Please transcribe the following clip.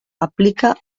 aplica